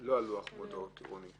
לא על לוח מודעות עירוני.